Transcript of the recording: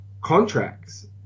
contracts